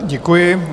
Děkuji.